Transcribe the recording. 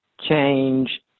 change